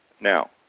Now